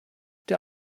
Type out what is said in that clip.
der